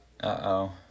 Uh-oh